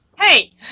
Hey